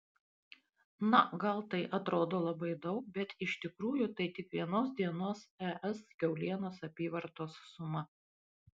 na gal tai atrodo labai daug bet iš tikrųjų tai tik vienos dienos es kiaulienos apyvartos suma